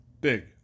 big